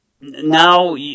Now